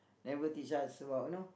never teach us about you know